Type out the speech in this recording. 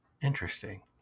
Interesting